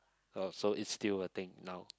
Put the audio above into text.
oh so is still a thing now